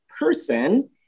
person